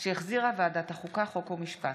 שהחזירה ועדת החוקה, חוק ומשפט.